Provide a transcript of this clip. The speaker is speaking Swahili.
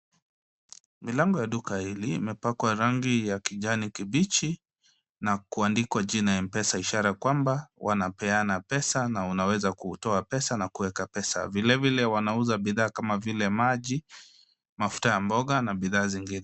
Milango ya duka hili imepakwa rangi ya kijani kibichi na kuandikwa jina m pesa ishara kwamba wanapeana pesa na unaweza kuweka pesa na kutoa pesa vile vile wanauza bidhaa kama vile maji, mafuta ya mboga na bidhaa zingine.